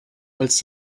als